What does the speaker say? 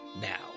now